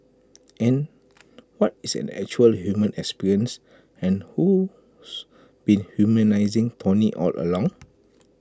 and what is an actual human experience and who's been humanising tony all along